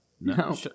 No